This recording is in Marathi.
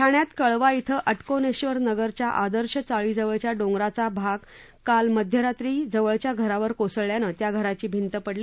ठाण्यात कळवा ॐ अ कोनेश्वर नगरच्या आदर्श चाळीजवळच्या डोंगराचा काही भाग काल मध्यरात्री जवळच्या घरावर कोसळल्याने त्या घराची भिंत पडली